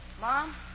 Mom